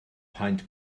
paent